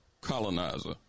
colonizer